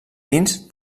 dins